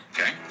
Okay